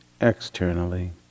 externally